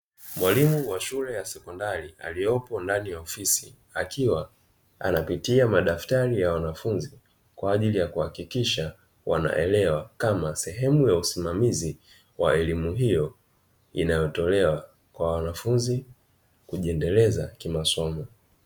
Mwalimu wa shule ya sekondari aliyopo ndani ya ofisi, akiwa anapitia madaftari ya wanafunzi, kwa ajili ya kuhakikisha wanaelewa kama sehemu ya usimamizi wa elimu hiyo, inayotolewa kwa wanafunzi kujiendeleza kimasomo.